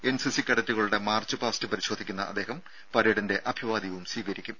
N C C കേഡറ്റുകളുടെ march past പരിശോധിക്കുന്ന അദ്ദേഹം പരേഡിന്റെ അഭിവാദ്യവും സ്വീകരിക്കും